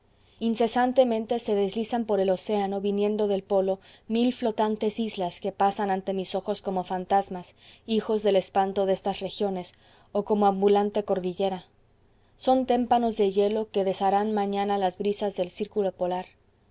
incesantemente se deslizan por el océano viniendo del polo mil flotantes islas que pasan ante mis ojos como fantasmas hijos del espanto de estas regiones o como ambulante cordillera son témpanos de hielo que desharán mañana las brisas del círculo polar